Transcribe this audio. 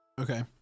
Okay